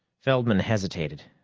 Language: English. feldman hesitated,